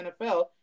NFL